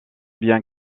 bien